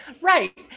Right